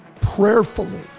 prayerfully